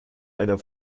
einer